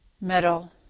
metal